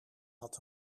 had